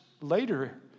later